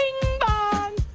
Bing-bong